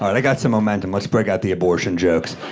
i got some momentum. let's break out the abortion jokes.